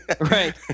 right